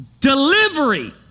delivery